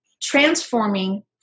transforming